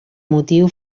motiu